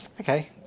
okay